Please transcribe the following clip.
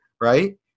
right